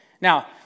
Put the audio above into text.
Now